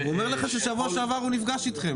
הוא אומר לך ששבוע שעבר הוא נפגש איתכם,